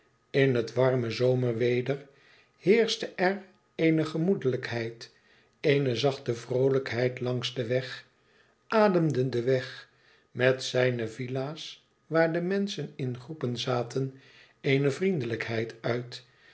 in het warme zomerweder heerschte er eene gemoedelijkheid eene zachte vroolijkheid langs den weg ademde de weg met zijne villa's waar de menschen in groepen zaten eene vriendelijkheid uit